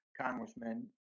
Congressman